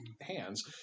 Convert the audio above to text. hands